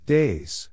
Days